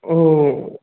औ